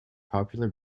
popular